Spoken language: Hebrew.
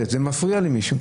נפרד של שירת נשים.